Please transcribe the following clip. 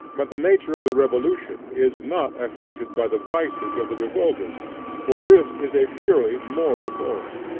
but the nature of the revolution is not affected by the vices of the revolters for this is a purely moral force.